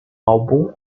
álbum